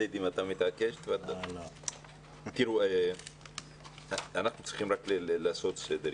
אנחנו צריכים לעשות סדר.